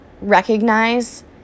recognize